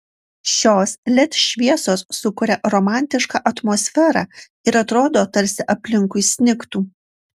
šios led šviesos sukuria romantišką atmosferą ir atrodo tarsi aplinkui snigtų